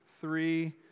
three